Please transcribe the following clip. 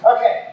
Okay